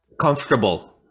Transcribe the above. comfortable